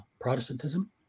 Protestantism